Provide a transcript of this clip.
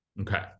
Okay